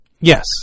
Yes